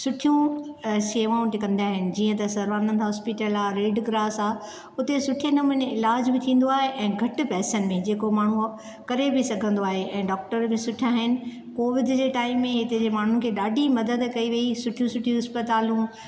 सुठियूं सेवाऊं बि कंदा आहिनि जीअं त सर्वानंद हॉस्पिटल आहे रेड क्रॉस आहे उते सुठे नमूने इलाज बि थींदो आहे ऐं घटि पैसनि मे जेको माण्हू करे बि सघंदो आहे ऐं डॉक्टर बि सुठा आहिनि कोविड जे टाइम में हिते माण्हुनि खे ॾाढी मदद कइ वई सुठियूं सुठियूं इस्पतालूं